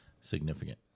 significant